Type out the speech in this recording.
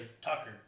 Tucker